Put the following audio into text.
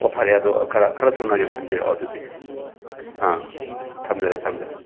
ꯑꯣ ꯐꯔꯦ ꯑꯗꯣ ꯈꯔ ꯈꯔ ꯊꯨꯅ ꯌꯧꯁꯤꯟꯕꯤꯔꯛꯑꯣ ꯑꯗꯨꯗꯤ ꯑꯥ ꯊꯝꯖꯔꯦ ꯊꯝꯖꯔꯦ